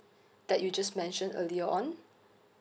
that you just mentioned earlier on